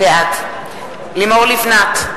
בעד לימור לבנת,